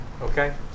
okay